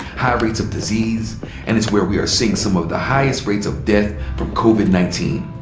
high rates of disease and it's where we are seeing some of the highest rates of death from covid nineteen.